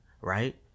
right